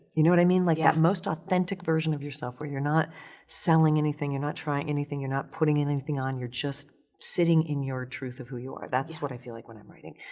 you know what i mean? like, that most authentic version of yourself where you're not selling anything, you're not trying anything, you're not putting anything on, you're just sitting in your truth of who you are. that's what i feel like when i'm writing.